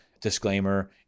disclaimer